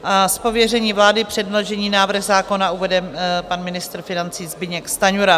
Z pověření vlády předložený návrh zákona uvede pan ministr financí Zbyněk Stanjura.